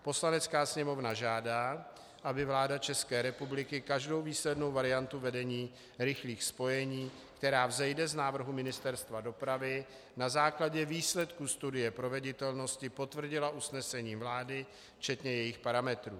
Poslanecká sněmovna žádá, aby vláda ČR každou výslednou variantu vedení rychlých spojení, která vzejde z návrhu Ministerstva dopravy na základě výsledků studie proveditelnosti, potvrdila usnesením vlády, včetně jejích parametrů.